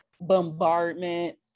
bombardment